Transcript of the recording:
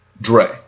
Dre